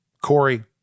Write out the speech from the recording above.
Corey